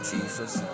Jesus